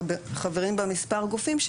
שחברים בה מספר גופים,